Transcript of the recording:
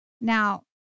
Now